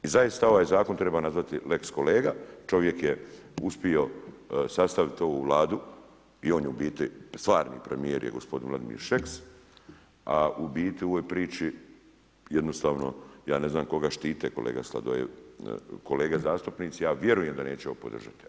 I zaista ovaj Zakon treba nazvati lex-kolega, čovjek je uspio sastaviti ovu Vladu i on je u biti stvarni premijer je gospodin Vladimir Šeks, a u biti u ovoj priči jednostavno ja ne znam koga štite, kolega Sladoljev, kolege zastupnici, ja vjerujem da neće ovo podržati.